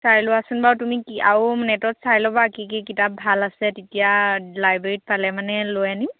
চাই লোৱাচোন বাৰু তুমি কি আৰু নেটত চাই ল'বা কি কি কিতাপ ভাল আছে তেতিয়া লাইব্ৰেৰীত পালে মানে লৈ আনিম